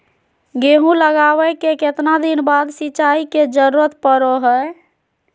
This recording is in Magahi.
गेहूं लगावे के कितना दिन बाद सिंचाई के जरूरत पड़ो है?